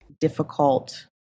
difficult